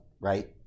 right